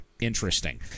interesting